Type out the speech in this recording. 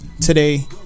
today